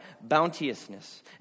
bounteousness